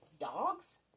dogs